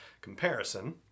comparison